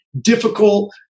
difficult